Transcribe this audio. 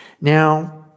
Now